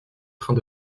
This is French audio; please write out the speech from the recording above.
train